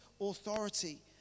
authority